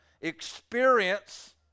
experience